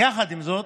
יחד עם זאת,